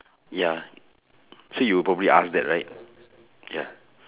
ya so you'll probably ask that right ya